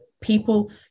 people